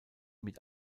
mit